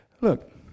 look